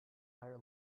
higher